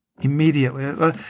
Immediately